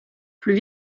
plus